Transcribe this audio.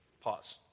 Pause